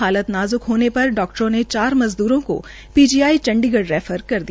हालत नाज्क होने पर डाक्टरों ने चार मंजदूरों को पीजीआई चंडीगढ़ रेफर कर दिया